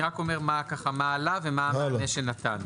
אני רק אומר מה עלה ומה המענה שנתנו.